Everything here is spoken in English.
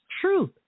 truth